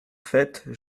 faite